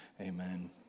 amen